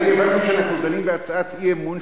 אני אומר לכם שאנחנו דנים בהצעת אי-אמון,